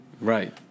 Right